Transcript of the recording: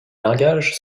langages